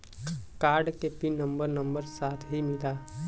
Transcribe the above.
Card के pin number number साथही मिला?